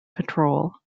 patrol